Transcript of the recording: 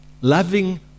loving